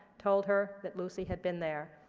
told her that lucy had been there.